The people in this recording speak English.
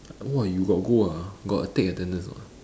!wah! you got go ah got take attendance or not